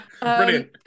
Brilliant